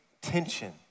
tension